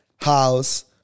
house